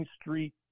Street